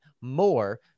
more